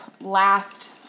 last